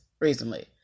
recently